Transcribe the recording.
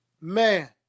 Man